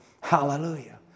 Hallelujah